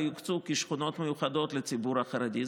יוקצו כשכונות מיוחדות לציבור החרדי.